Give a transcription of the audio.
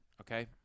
okay